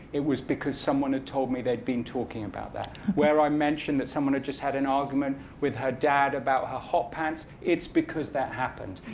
it was because someone had told me they'd been talking about that. where i mentioned that someone had just had an argument with her dad about her hot pants, it's because that happened.